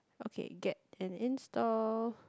okay get and install